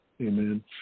Amen